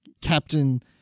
Captain